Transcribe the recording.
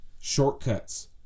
shortcuts